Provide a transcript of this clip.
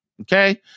Okay